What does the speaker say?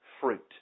fruit